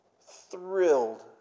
thrilled